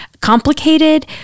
complicated